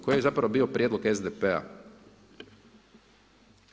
Koji je zapravo bio prijedlog SDP-a?